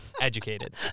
educated